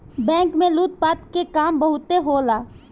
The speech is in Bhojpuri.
बैंक में लूट पाट के काम बहुते होला